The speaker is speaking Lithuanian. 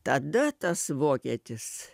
tada tas vokietis